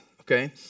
Okay